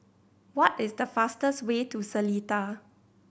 what is the fastest way to Seletar